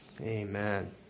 Amen